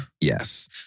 Yes